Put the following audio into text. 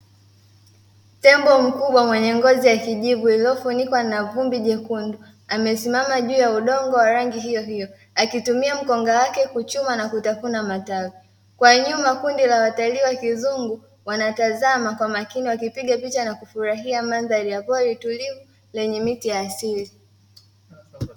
Tembo mkubwa mwenye ngozi ya kijivu iliyofunikwa na vumbi jekundu, amesimama juu ya udongo wa rangi hiyohiyo, akitumia mkonga wake kuchuma na kutafuna matawi. Kwa nyuma kundi la watalii wa kizungu wanatazama kwa umakini wakipiga picha na kufurahia mandhari ya pori tulivu lenye miti ya asili.